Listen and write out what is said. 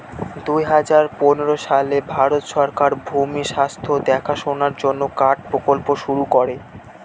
দুই হাজার পনেরো সালে ভারত সরকার ভূমির স্বাস্থ্য দেখাশোনার জন্য কার্ড প্রকল্প শুরু করে